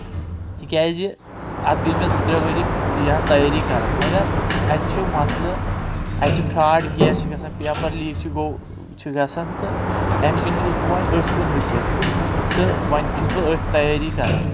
تِکیازِ اتھ گٔے مےٚ زٕ ترٛےٚ ؤری یہِ تیٲری کران مگر اتہِ چھُ مسلہٕ اتہِ چھِ فراڑ کیس چھِ گژھان پیپر لیٖک چھِ گوٚو چھُ گژھان تہٕ امہِ کِنۍ چھُس بہٕ وۄنۍ أتھۍ کُن رُکِتھ تہٕ وۄنۍ چھُس بہٕ أتھۍ تیٲری کران